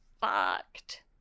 fucked